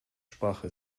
sprache